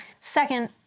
Second